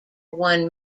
one